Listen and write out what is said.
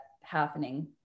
happening